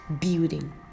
building